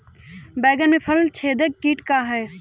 बैंगन में फल छेदक किट का ह?